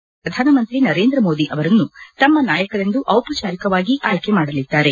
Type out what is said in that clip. ಮತ್ತು ಪ್ರಧಾನಮಂತ್ರಿ ನರೇಂದ್ರಮೋದಿ ಅವರನ್ನು ತಮ್ಮ ನಾಯಕರೆಂದು ಔಪಚಾರಿಕವಾಗಿ ಆಯ್ಕೆ ಮಾಡಲಿದ್ದಾರೆ